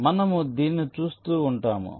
కాబట్టి మనము దీనిని చూస్తూ ఉంటాము